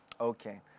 Okay